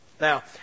Now